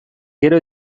gero